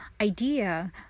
idea